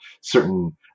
certain